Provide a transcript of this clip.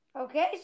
Okay